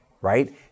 right